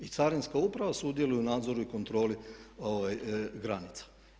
I Carinska uprava sudjeluje u nadzoru i kontroli granica.